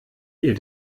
ihr